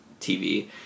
TV